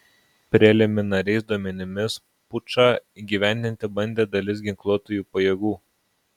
preliminariais duomenimis pučą įgyvendinti bandė dalis ginkluotųjų pajėgų